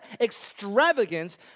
extravagance